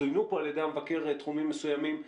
צוינו פה על ידי המבקר תחומים מסוימים שחסרים.